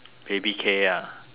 baby K ah